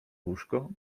łóżko